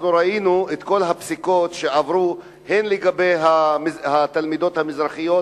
אנחנו ראינו את כל הפסיקות שעברו הן לגבי התלמידות המזרחיות,